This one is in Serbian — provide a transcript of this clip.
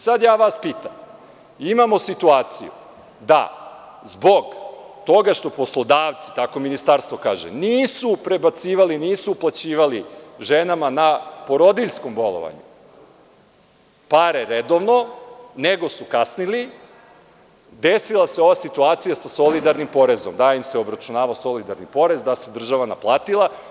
Sada vas pitam, imamo situaciju da zbog toga što poslodavci, tako ministarstvo kaže, nisu prebacivali, nisu uplaćivali ženama na porodiljskom bolovanju pare redovno, nego su kasnili, desila se ova situacija sa solidarnim porezom, da im se obračunavao solidarni porez, da se država naplatila.